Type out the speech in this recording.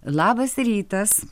labas rytas